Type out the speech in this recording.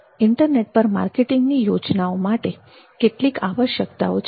internet પર માર્કેટિંગની યોજનાઓ માટેની કેટલીક આવશ્યકતાઓ છે